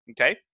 okay